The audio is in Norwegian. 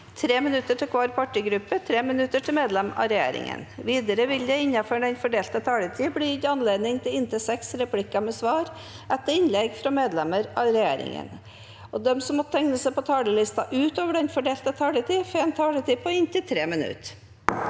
5 minutter til hver partigruppe og 5 minutter til medlemmer av regjeringen. Videre vil det – innenfor den fordelte taletid – bli gitt anledning til inntil seks replikker med svar etter innlegg fra medlemmer av regjeringen, og de som måtte tegne seg på talerlisten utover den fordelte taletid, får en taletid på inntil 3 minutter.